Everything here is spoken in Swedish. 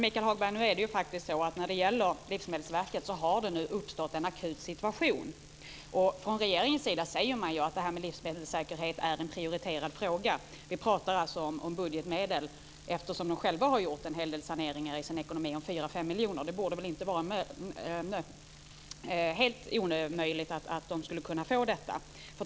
Fru talman! Det har nu uppstått en akut situation för Livsmedelsverket, Michael Hagberg. Från regeringens sida säger man att livsmedelssäkerhet är en prioriterad fråga. Vi talar om budgetmedel. Eftersom verket självt har gjort en hel del saneringar i sin ekonomi om 4-5 miljoner borde det väl inte vara helt omöjligt att det skulle kunna få medel.